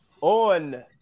On